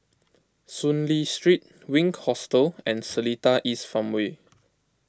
Soon Lee Street Wink Hostel and Seletar East Farmway